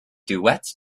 duets